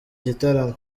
gitaramo